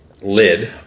lid